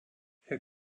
herr